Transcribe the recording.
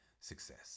success